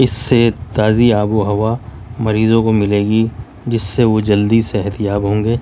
اس سے تازی آب و ہوا مریضوں کو ملے گی جس سے وہ جلدی صحت یاب ہوں گے